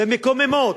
ומקוממות,